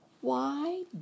Why